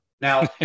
Now